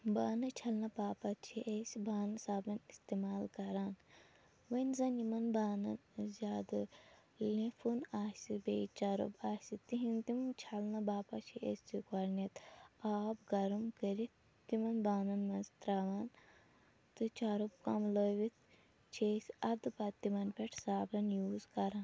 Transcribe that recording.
بانہٕ چھلنہٕ باپَتھ چھِ أسۍ بانہٕ صابَن استعمال کَران وۄنۍ زَن یِمَن بانَن زیادٕ لینٛفُن آسہِ بیٚیہِ چَرٕب آسہِ تِہنٛد تِم چھلنہٕ باپت چھِ أسۍ گۄڈٕنیٚتھ آب گرم کٔرِتھ تِمَن بانَن منٛز ترٛاوان تہٕ چَرٕب کملٲیِتھ چھِ أسۍ اَدٕ پَتہٕ تِمَن پٮ۪ٹھ صابَن یوٗز کَران